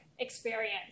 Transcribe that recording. experience